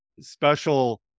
special